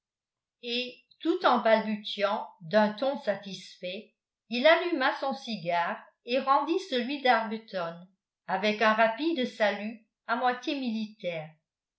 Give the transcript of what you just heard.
et tout en balbutiant d'un ton satisfait il alluma son cigare et rendit celui d'arbuton avec un rapide salut à moitié militaire